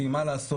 כי מה לעשות,